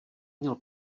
měl